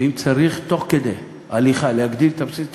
ואם צריך תוך כדי הליכה להגדיל את בסיס התקציב,